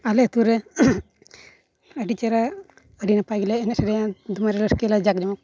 ᱟᱞᱮ ᱟᱹᱛᱩᱨᱮ ᱟᱹᱰᱤ ᱪᱮᱨᱦᱟ ᱟᱹᱰᱤᱱᱟᱯᱟᱭ ᱜᱮᱞᱮ ᱮᱱᱮᱡ ᱥᱮᱨᱮᱧᱟ ᱫᱚᱢᱮᱞᱮ ᱨᱟᱹᱥᱠᱟᱹᱭᱟᱞᱮ ᱡᱟᱠᱡᱚᱢᱚᱠ